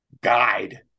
guide